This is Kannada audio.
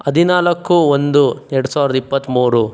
ಹದಿನಾಲ್ಕು ಒಂದು ಎರಡು ಸಾವಿರದ ಇಪ್ಪತ್ತ್ಮೂರು